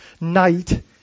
night